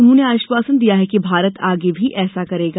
उन्होंने आश्वासन दिया कि भारत आगे भी ऐसा करेगा